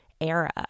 era